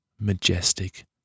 majestic